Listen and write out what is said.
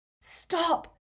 Stop